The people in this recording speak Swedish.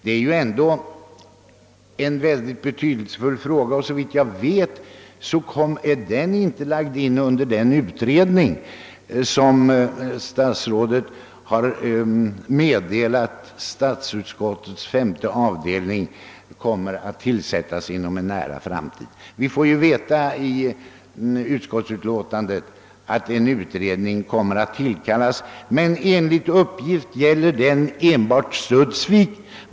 Det är ju en mycket betydelsefull fråga, och såvitt jag vet kommer den inte att behandlas av den utredning som — enligt vad statsrådet har meddelat statsutskottets femte avdelning — kommer att tillsättas inom en nära framtid. Vi får ju veta i utskottsutlåtandet att en utredning kommer att tillkallas, men enligt uppgift gäller den enbart Studsvik.